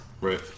Right